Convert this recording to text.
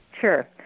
sure